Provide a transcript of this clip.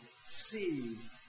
sees